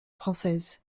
française